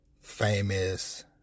famous